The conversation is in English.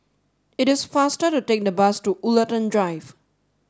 it is faster to take the bus to Woollerton Drive